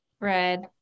red